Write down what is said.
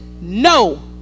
no